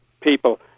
people